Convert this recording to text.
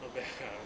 not bad liao